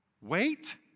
wait